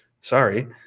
sorry